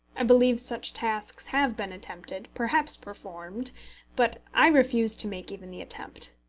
i believe such tasks have been attempted perhaps performed but i refused to make even the attempt.